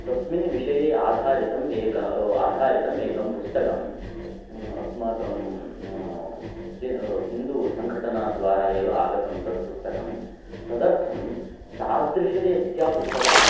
तस्मिन् विषये आधारितम् एकम् आधारितम् एकं पुस्तकम् अस्माकं हिन्दूसङ्घटनाद्वारा एव आगतं तत् पुस्तकं तदर्थं तादृशरीत्या पुस्तकानि